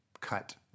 cut